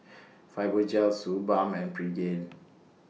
Fibogel Suu Balm and Pregain